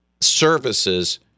services